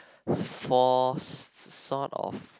forced sort of